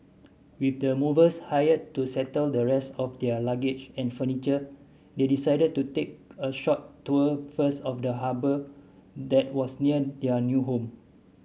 with the movers hired to settle the rest of their luggage and furniture they decided to take a short tour first of the harbour that was near their new home